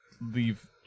leave